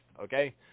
Okay